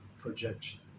projection